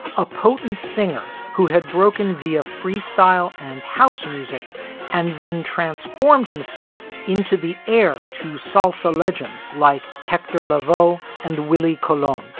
a potent singer who had broken veha freestyle and house music and then transformed himself into the heir to salsa legends like hector lavoe and willie colon,